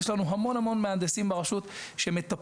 יש לנו המון המון מהנדסים ברשות שמטפלים.